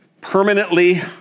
permanently